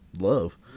love